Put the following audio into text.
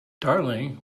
darling